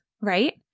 right